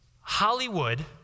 Hollywood